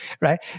right